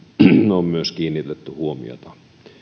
on kiinnitetty huomiota